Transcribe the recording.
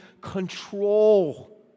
control